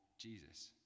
Jesus